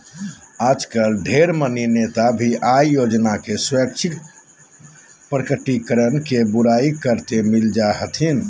आजकल ढेर मनी नेता भी आय योजना के स्वैच्छिक प्रकटीकरण के बुराई करते मिल जा हथिन